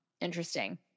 interesting